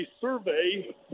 survey